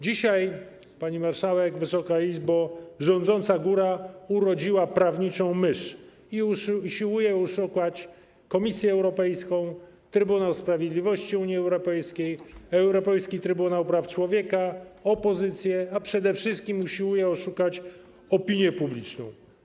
Dzisiaj, pani marszałek, Wysoka Izbo, rządząca góra urodziła prawniczą mysz i usiłuje oszukać Komisję Europejską, Trybunał Sprawiedliwości Unii Europejskiej, Europejski Trybunał Praw Człowieka, opozycję, a przede wszystkim usiłuje oszukać opinię publiczną.